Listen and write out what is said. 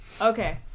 Okay